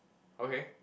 okay